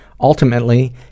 Ultimately